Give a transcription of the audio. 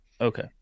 Okay